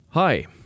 Hi